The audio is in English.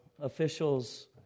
officials